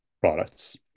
products